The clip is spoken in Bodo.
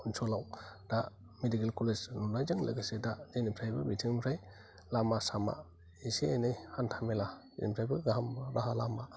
ओनसोलआव दा मेडिकेल कलेज बानायदों लोगोसे दा जेनिफ्रायबो बिथिंनिफ्राय लामा सामा एसे एनै हान्था मेला बेनिफ्रायबो गाहाम राहा लामा